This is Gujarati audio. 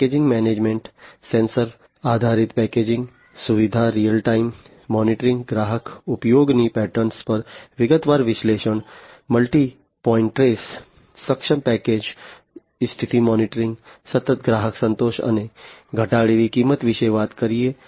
પેકેજિંગ મેનેજમેન્ટ સેન્સર આધારિત પેકેજિંગ સુવિધા રીઅલ ટાઇમ મોનિટરિંગ ગ્રાહકના ઉપયોગની પેટર્ન પર વિગતવાર વિશ્લેષણ મલ્ટી પોઇન્ટ ટ્રેસ સક્ષમ પેકેજ સ્થિતિ મોનિટરિંગ સતત ગ્રાહક સંતોષ અને ઘટાડેલી કિંમત વિશે વાત કરે છે